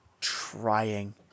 trying